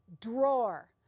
drawer